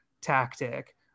tactic